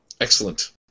Excellent